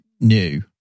new